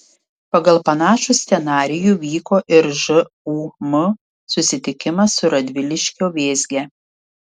pagal panašų scenarijų vyko ir žūm susitikimas su radviliškio vėzge